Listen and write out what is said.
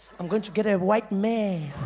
i'm going to get a white man